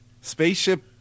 spaceship